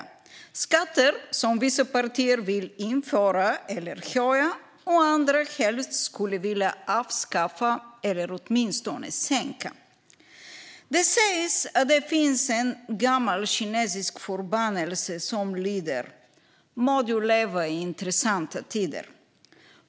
Det är skatter som vissa partier vill införa eller höja och andra helst skulle vilja avskaffa eller åtminstone sänka. Det sägs att det finns en gammal kinesisk förbannelse som lyder: "Må du leva i intressanta tider."